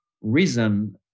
reason